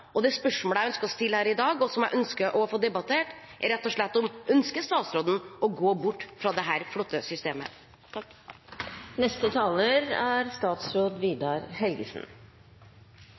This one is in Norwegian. og det spørsmålet jeg ønsker å stille her i dag, og som jeg ønsker å få debattert, er rett og slett: Ønsker statsråden å gå bort fra dette flotte systemet?